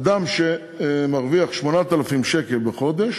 אדם שמרוויח 8,000 שקל בחודש